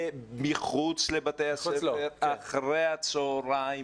מחוץ לבתי הספר אחרי הצוהריים,